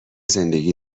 زندگی